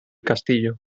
castillo